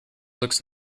looks